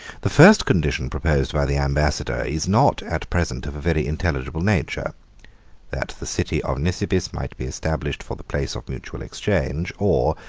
the first condition proposed by the ambassador is not at present of a very intelligible nature that the city of nisibis might be established for the place of mutual exchange, or,